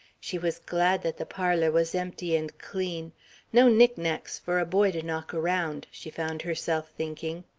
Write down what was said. she was glad that the parlour was empty and clean no knick-knacks for a boy to knock around, she found herself thinking.